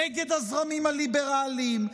נגד הזרמים הליברליים,